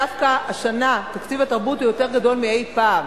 דווקא השנה תקציב התרבות יותר גדול מאי-פעם.